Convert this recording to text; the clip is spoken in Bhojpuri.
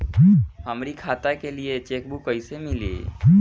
हमरी खाता के लिए चेकबुक कईसे मिली?